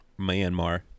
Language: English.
Myanmar